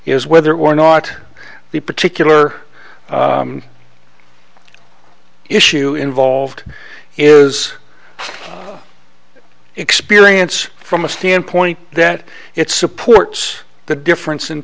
is whether or not the particular issue involved is experience from the standpoint that it supports the difference in